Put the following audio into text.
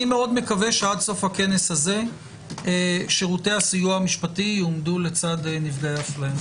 מקווה שעד סוף הכנס הזה שירותי הסיוע המשפטי יעמדו לצד נפגעי אפליה.